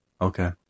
Okay